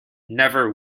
never